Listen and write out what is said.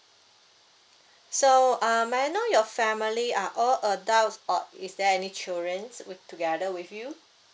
so uh may I know your family are all adults or is there any childrens with together with you